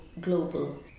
global